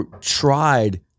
tried